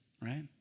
right